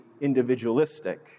individualistic